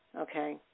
Okay